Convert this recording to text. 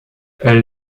elle